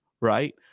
right